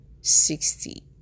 sixty